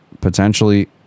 potentially